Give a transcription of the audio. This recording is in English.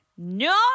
No